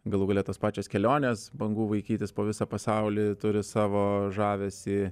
galų gale tos pačios kelionės bangų vaikytis po visą pasaulį turi savo žavesį